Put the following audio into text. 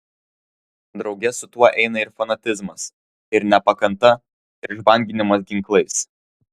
drauge su tuo eina ir fanatizmas ir nepakanta ir žvanginimas ginklais